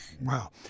Wow